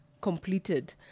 completed